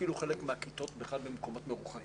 אפילו חלק מהכיתות בכלל במקומות מרוחקים.